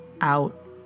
out